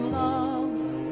love